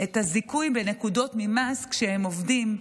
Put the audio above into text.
את נקודות הזיכוי במס כשהם עובדים,